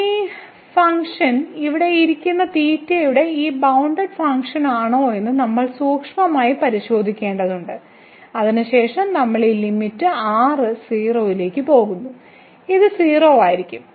ഈ ഫംഗ്ഷൻ ഇവിടെ ഇരിക്കുന്ന തീറ്റയുടെ ഒരു ബൌണ്ടഡ് ഫംഗ്ഷനാണോയെന്ന് നമ്മൾ സൂക്ഷ്മമായി പരിശോധിക്കേണ്ടതുണ്ട് അതിനുശേഷം നമ്മൾ ഈ ലിമിറ്റ് r 0 ലേക്ക് പോകുന്നു ഇത് 0 ആയിരിക്കും